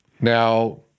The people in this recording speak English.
Now